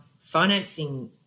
financing